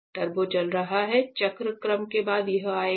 turbo चल रहा है चक्र क्रम के बाद यह आएगा